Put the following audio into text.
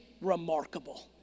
remarkable